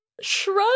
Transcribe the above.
shrug